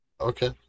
Okay